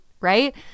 right